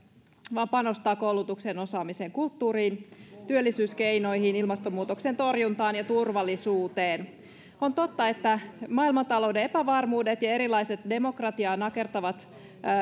vaan panostaa koulutukseen osaamiseen kulttuuriin työllisyyskeinoihin ilmastonmuutoksen torjuntaan ja turvallisuuteen on totta että maailmantalouden epävarmuudet ja erilaiset demokratiaa nakertavat